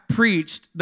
preached